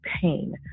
pain